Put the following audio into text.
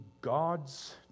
God's